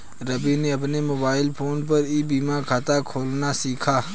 रवि ने अपने mobile phone पर ई बीमा खाता खोलना सीखा